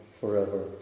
forever